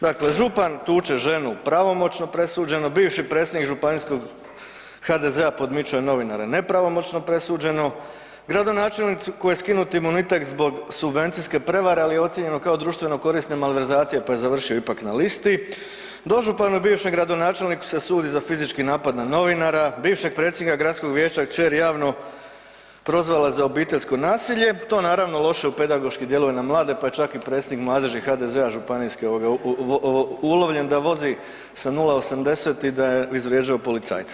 Dakle, župan tuče ženu pravomoćno presuđeno, bivši predsjednik županijskog HDZ-a podmićuje novinara nepravomoćno presuđeno, gradonačelniku kojoj je skinut imunitet zbog subvencijske prevare ali je ocijenjeno kao društveno korisna malverzacija pa je završio ipak na listi, dožupanu i bivšem gradonačelniku se sudi za fizički napad na novinara, bivšeg predsjednika gradskog vijeća je kćer javno prozvala za obiteljsko nasilje, to naravno loše pedagoški djeluje na mlade pa je čak i predsjednik mladeži HDZ-a županijski ulovljen da vozi sa 0,80 i da je izvrijeđao policajca.